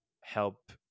help